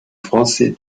français